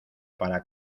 para